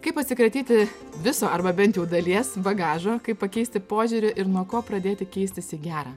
kaip atsikratyti viso arba bent jau dalies bagažo kaip pakeisti požiūrį ir nuo ko pradėti keistis į gera